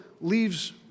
leaves